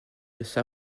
laissa